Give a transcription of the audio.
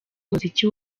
umuziki